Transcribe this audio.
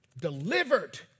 delivered